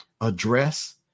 address